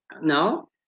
No